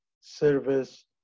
service